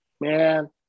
man